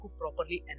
properly